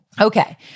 Okay